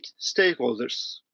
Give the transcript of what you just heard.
stakeholders